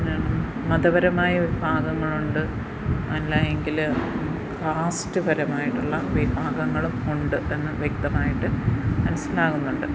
മതപരമായ ഒരു ഭാഗങ്ങളുണ്ട് അല്ലാ എങ്കിൽ കാസ്റ്റ് പരമായിട്ടുള്ള വിഭാഗങ്ങളും ഉണ്ട് എന്നു വ്യക്തമായിട്ടു മനസ്സിലാകുന്നുണ്ട്